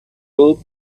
old